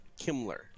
Kimmler